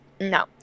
no